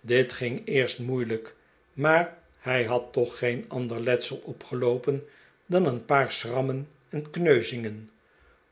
dit ging eerst moeilijk maar hij had toch geen ander letsel opgeloopen dan een paar schrammen en kneuzingen